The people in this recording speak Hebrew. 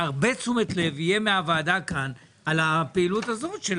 הרבה תשומת לב מהוועדה כאן לפעילות הזאת של